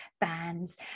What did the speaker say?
bands